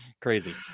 crazy